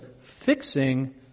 fixing